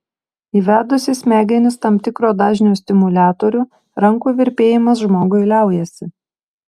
įvedus į smegenis tam tikro dažnio stimuliatorių rankų virpėjimas žmogui liaujasi